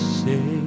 say